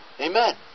Amen